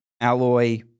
alloy